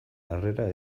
harrera